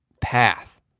path